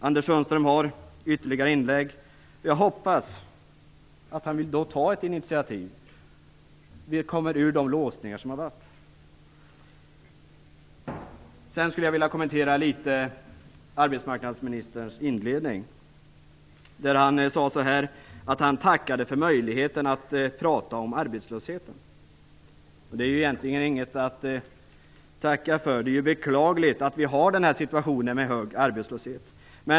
Anders Sundström har ytterligare inlägg, och jag hoppas att han då vill ta ett initiativ, så att vi kommer ur de låsningar som har funnits. Jag skulle sedan vilja kommentera arbetsmarknadsministerns inledning, där han tackade för möjligheten att prata om arbetslösheten. Det är egentligen inget att tacka för. Det är beklagligt att vi har denna situation med hög arbetslöshet.